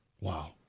Wow